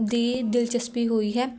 ਦੀ ਦਿਲਚਸਪੀ ਹੋਈ ਹੈ